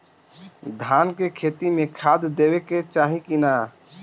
धान के खेती मे खाद देवे के चाही कि ना?